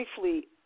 briefly